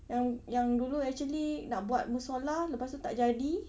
yang yang dulu actually nak buat musollah lepas itu tak jadi